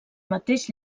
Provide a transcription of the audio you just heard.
mateix